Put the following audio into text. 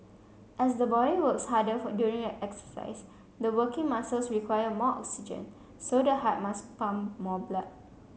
as the body works harder during exercise the working muscles require more oxygen so the heart must pump more blood